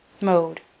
Mode